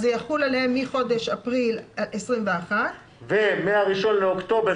זה יחול עליהם מחודש אפריל 2021. ומה-1 באוקטובר